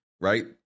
right